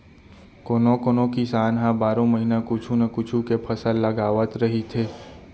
कोनो कोनो किसान ह बारो महिना कुछू न कुछू के फसल लगावत रहिथे